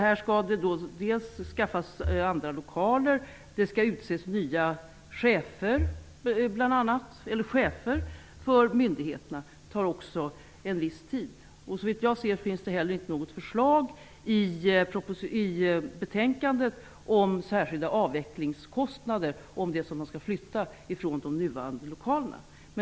Det skall skaffas andra lokaler och det skall utses chefer för myndigheterna. Det tar också en viss tid. Såvitt jag kan se finns det inte heller något förslag i betänkandet om särskilda avvecklingskostnader om det är så att man skall flytta från de nuvarande lokalerna.